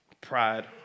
pride